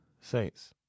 Saints